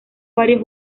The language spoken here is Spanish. varios